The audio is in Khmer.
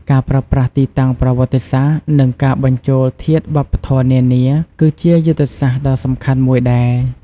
ការប្រើប្រាស់ទីតាំងប្រវត្តិសាស្ត្រ និងការបញ្ចូលធាតុវប្បធម៌នានា គឺជាយុទ្ធសាស្ត្រដ៏សំខាន់មួយដែរ។